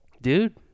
Dude